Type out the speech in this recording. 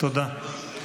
תודה.